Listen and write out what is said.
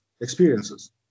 experiences